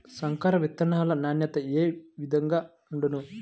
సంకర విత్తనాల నాణ్యత ఏ విధముగా ఉండును?